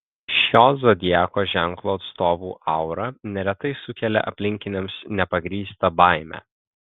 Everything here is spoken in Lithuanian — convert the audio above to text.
šio zodiako ženklo atstovų aura neretai sukelia aplinkiniams nepagrįstą baimę